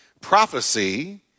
Prophecy